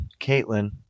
Caitlin